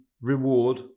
Reward